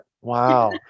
Wow